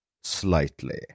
slightly